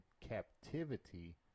captivity